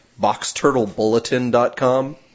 BoxTurtleBulletin.com